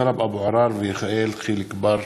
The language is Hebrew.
טלב אבו עראר ויחיאל חיליק בר.